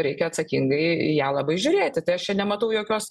reikia atsakingai į ją labai žiūrėti tai aš nematau jokios